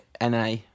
Na